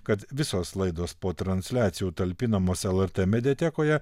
kad visos laidos po transliacijų talpinamos lrt mediatekoje